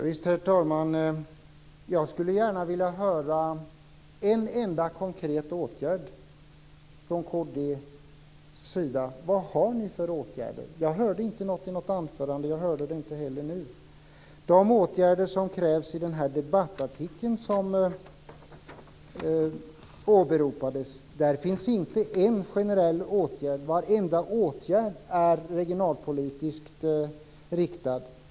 Herr talman! Jag skulle gärna vilja höra om en enda konkret åtgärd från kd:s sida. Vad har ni för åtgärder? Jag hörde inte det i något anförande. Jag hörde det inte heller nu. I den debattartikel som åberopades finns inte en enda generell åtgärd. Varenda åtgärd är regionalpolitiskt riktad.